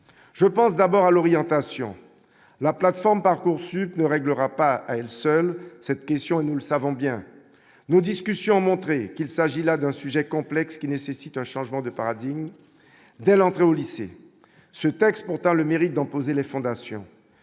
je pense d'abord à l'orientation, la plateforme Parcoursup ne réglera pas à elle seule, cette question et nous le savons bien nous discussions montrer qu'il s'agit là d'un sujet complexe qui nécessite un changement de paradis dès l'entrée au lycée, ce texte pourtant le mérite d'en poser les fondations